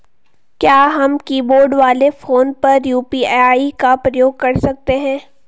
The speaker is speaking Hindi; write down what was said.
क्या हम कीबोर्ड वाले फोन पर यु.पी.आई का प्रयोग कर सकते हैं?